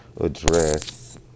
address